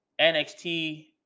NXT